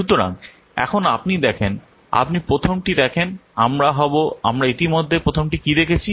সুতরাং এখন আপনি দেখেন আপনি প্রথমটি দেখেন আমরা হব আমরা ইতিমধ্যে প্রথমটি কী দেখেছি